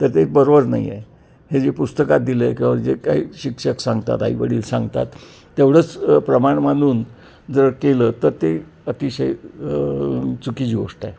तर ते बरोबर नाही आहे हे जे पुस्तकात दिलं आहे किंवा जे काही शिक्षक सांगतात आई वडील सांगतात तेवढंच प्रमाण मानून जर केलं तर ते अतिशय चुकीची गोष्ट आहे